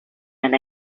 and